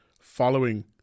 following